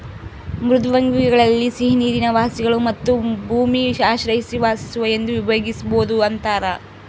ಮೃದ್ವಂಗ್ವಿಗಳಲ್ಲಿ ಸಿಹಿನೀರಿನ ವಾಸಿಗಳು ಮತ್ತು ಭೂಮಿ ಆಶ್ರಯಿಸಿ ವಾಸಿಸುವ ಎಂದು ವಿಭಾಗಿಸ್ಬೋದು ಅಂತಾರ